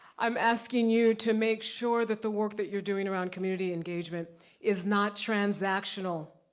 i'm asking you to make sure that the work that you're doing around community engagement is not transactional.